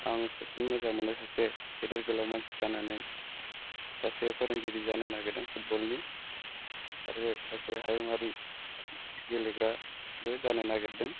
आं साबसिन मोजां मोनो सासे गेदेर गोलाव मानसि जानानै सासे फोरोंगिरि जानो नागिरदों फुटबलनि आरो सासे हायुंआरि गेलेग्राबो जानो नागिरदों